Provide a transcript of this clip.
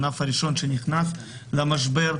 הענף הראשון שנכנס למשבר,